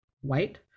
white